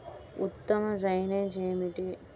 ఉత్తమ డ్రైనేజ్ ఏమిటి?